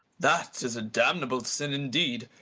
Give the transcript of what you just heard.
that is a damnable sin indeed.